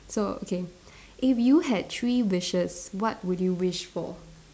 so okay if you had three wishes what would you wish for